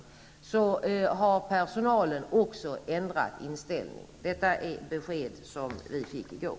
Detta är alltså det besked som vi fick i går.